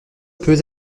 peut